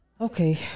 Okay